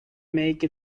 make